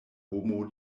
homo